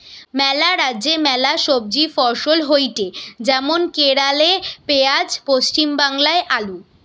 ম্যালা রাজ্যে ম্যালা সবজি ফসল হয়টে যেমন কেরালে পেঁয়াজ, পশ্চিম বাংলায় আলু